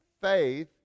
faith